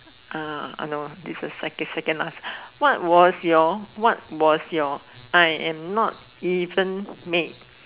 uh I know this the second second last what was your what was your I am am not even mad